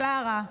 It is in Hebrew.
קלרה.